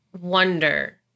wonder